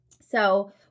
So-